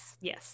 yes